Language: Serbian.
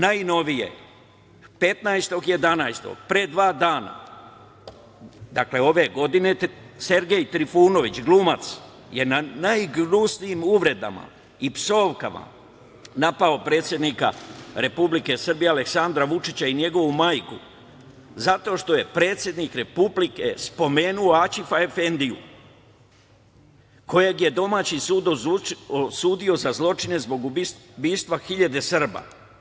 Najnovije, 15. novembra, od pre dva dana, dakle ove godine, Sergej Trifunović, glumac, najgnusnijim uvredama i psovkama je napao predsednika Republike Srbije Aleksandra Vučića i njegovu majku zato što je predsednik Republike spomenuo Aćifa-efendiju, kojeg je domaći sud osudio za zločine zbog ubistva hiljade Srba.